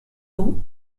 two